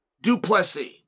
Duplessis